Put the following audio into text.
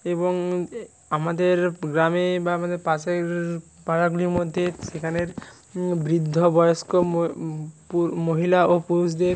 এবং এ আমাদের গ্রামে বা আমাদের পাশের পাড়াগুলির মধ্যে সেখানের বৃদ্ধ বয়স্ক মহিলা ও পুরুষদের